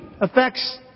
affects